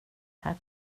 här